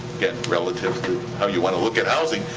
again, relative to how you wanna look at housing,